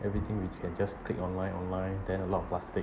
everything we can just click online online then a lot of plastic